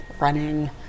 running